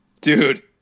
Dude